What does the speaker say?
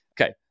Okay